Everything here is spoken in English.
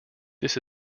this